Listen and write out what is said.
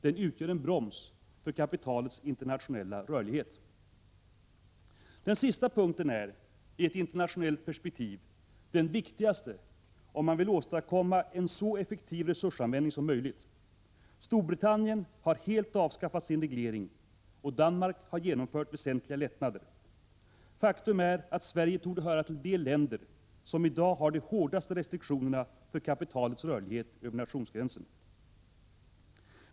Den utgör en broms för kapitalets internationella rörlighet. Den sista punkten är i ett internationellt perspektiv den viktigaste, om man vill åstadkomma en så effektiv resursanvändning som möjligt. Storbritannien har helt avskaffat sin reglering och Danmark har genomfört väsentliga lättnader. Faktum är att Sverige torde höra till de länder som i dag har de hårdaste restriktionerna för kapitalets rörlighet över nationsgränsen.